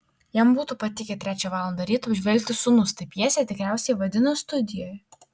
jam būtų patikę trečią valandą ryto apžvelgti sūnus taip pjesę tikriausiai vadino studijoje